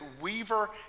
Weaver